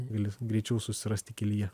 gali greičiau susirasti kelyje